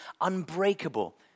unbreakable